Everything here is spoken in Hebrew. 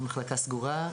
למחלקה סגורה,